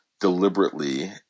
deliberately